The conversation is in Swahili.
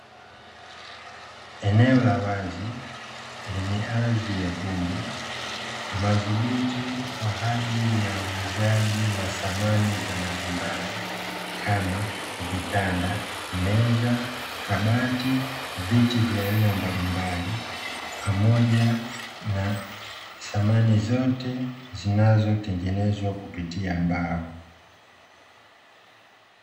Eneo la wazi lenye ardhi ya vumbi, madhubuti kwa ajili ya uuzaji wa samani za majumbani kama vitanda, meza, kabati, viti vya aina mbalimbali, pamoja na samani zote zinazotengenezwa kupitia mbao.